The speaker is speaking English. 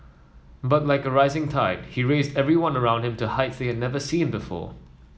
but like a rising tide he raised everyone around him to heights they never seen before